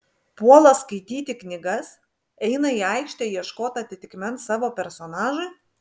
puola skaityti knygas eina į aikštę ieškot atitikmens savo personažui